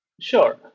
Sure